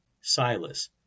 Silas